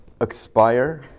expire